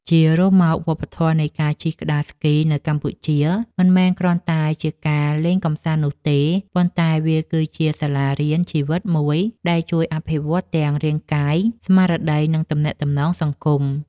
ជារួមមក វប្បធម៌នៃការជិះក្ដារស្គីនៅកម្ពុជាមិនមែនគ្រាន់តែជាការលេងកម្សាន្តនោះទេ ប៉ុន្តែវាគឺជាសាលារៀនជីវិតមួយដែលជួយអភិវឌ្ឍទាំងរាងកាយ ស្មារតី និងទំនាក់ទំនងសង្គម។